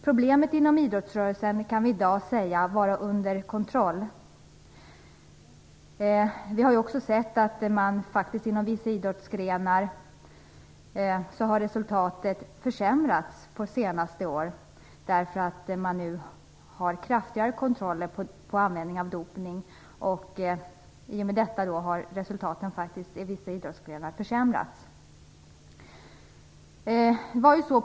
Problemet inom idrottsrörelsen kan i dag sägas vara under kontroll. Vi har ju sett att resultaten inom vissa idrottsgrenar faktiskt har försämrats under senare år, därför att det nu är kraftigare kontroller beträffande användningen av dopning. Därmed har resultaten inom vissa idrottsgrenar faktiskt försämrats.